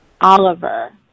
Oliver